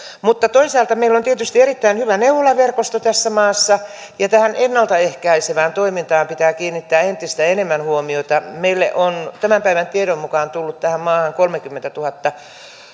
mutta toisaalta meillä on tietysti erittäin hyvä neuvolaverkosto tässä maassa ja tähän ennalta ehkäisevään toimintaan pitää kiinnittää entistä enemmän huomiota meille on tämän päivän tiedon mukaan tullut tähän maahan kolmekymmentätuhatta